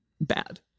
bad